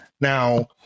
Now